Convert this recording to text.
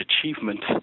achievement